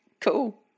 Cool